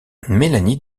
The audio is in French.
mélanie